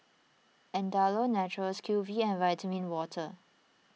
Andalou Naturals Q V and Vitamin Water